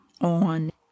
on